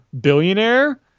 billionaire